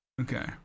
okay